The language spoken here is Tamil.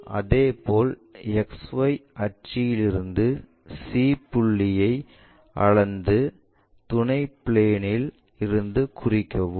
அதேபோல் XY அட்சியிலிருந்து c புள்ளியை அளந்து துணை பிளேன் இல் இருந்து குறிக்கவும்